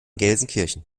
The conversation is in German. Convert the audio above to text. gelsenkirchen